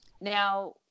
Now